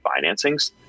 financings